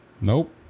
Nope